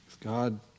God